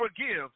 forgive